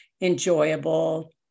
enjoyable